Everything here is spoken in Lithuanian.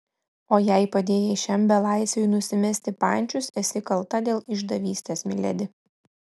o jei padėjai šiam belaisviui nusimesti pančius esi kalta dėl išdavystės miledi